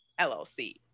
LLC